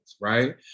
right